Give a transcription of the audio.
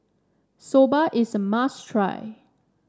soba is a must try